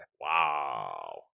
Wow